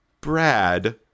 Brad